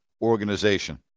organization